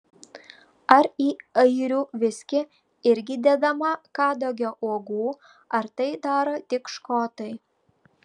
ar į airių viskį irgi dedama kadagio uogų ar tai daro tik škotai